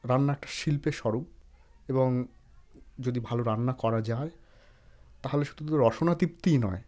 রান্না একটা শিল্পের স্বরূপ এবং যদি ভালো রান্না করা যায় তাহলে শুধু রসনা তৃপ্তিই নয়